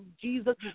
Jesus